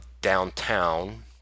downtown